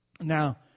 Now